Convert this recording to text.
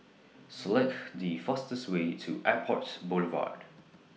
Select The fastest Way to Airport Boulevard